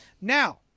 Now